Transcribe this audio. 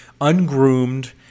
ungroomed